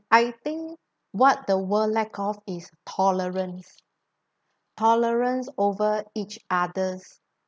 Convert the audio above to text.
I think what the world lack of is tolerance tolerance over each other's